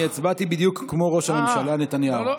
אני הצבעתי בדיוק כמו ראש הממשלה נתניהו.